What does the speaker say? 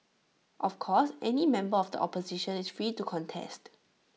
of course any member of the opposition is free to contest